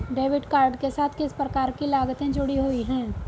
Debit card के साथ किस प्रकार की लागतें जुड़ी हुई हैं?